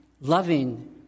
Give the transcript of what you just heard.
loving